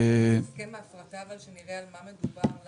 אבל מה הוא הסכם ההפרטה?